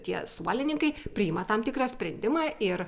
tie suolininkai priima tam tikrą sprendimą ir